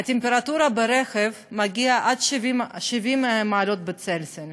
הטמפרטורה ברכב מגיעה עד 70 מעלות צלזיוס.